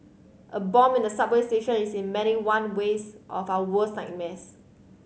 a bomb in a subway station is in many one ways of our worst nightmares